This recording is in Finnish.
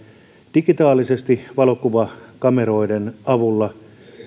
digitaalisesti valokuvakameroiden avulla